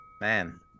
Man